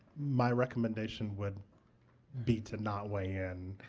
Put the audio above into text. my recommendation would be to not weigh in.